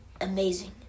amazing